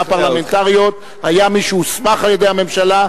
לעניין נושא ועדות החקירה הפרלמנטריות היה מי שהוסמך על-ידי הממשלה,